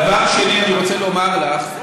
דבר שני, אני רוצה לומר לך: